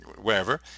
wherever